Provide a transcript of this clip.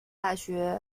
大学